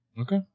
okay